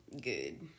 good